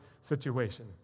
situation